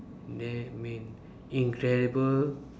that mean incredible